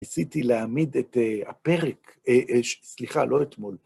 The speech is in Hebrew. ניסיתי להעמיד את הפרק, סליחה, לא אתמול.